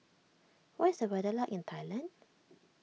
what is the weather like in Thailand